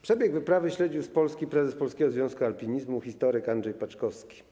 Przebieg wyprawy śledził z Polski prezes Polskiego Związku Alpinizmu historyk Andrzej Paczkowski.